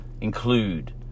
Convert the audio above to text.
include